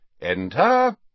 Enter